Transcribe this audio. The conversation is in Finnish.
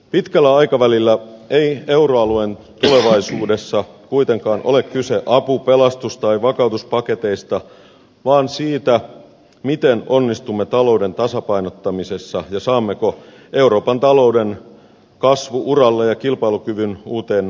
pitkällä aikavälillä ei euroalueen tulevaisuudessa kuitenkaan ole kyse apu pelastus tai vakautuspaketeista vaan siitä miten onnistumme talouden tasapainottamisessa ja saammeko euroopan talouden kasvu uralle ja kilpailukyvyn uuteen nousuun